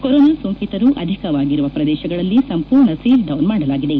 corona ಸೋಂಕಿತರು ಅಧಿಕವಾಗಿರುವ ಪ್ರದೇಶಗಳಲ್ಲಿ ಸಂಪೂರ್ಣ ಸೀಲ್ಡೌನ್ ಮಾಡಲಾಗಿದೆ